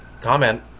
comment